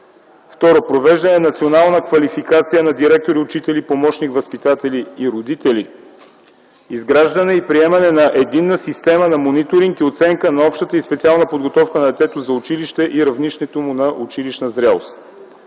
- провеждане на национална квалификация на директори, учители, помощник-възпитатели и родители; - изграждане и приемане на Единна система на мониторинг и оценка на общата и специална подготовка на детето за училище и равнището му на училищна зрелост.